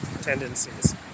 tendencies